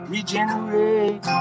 Regenerate